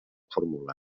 formulen